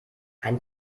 ein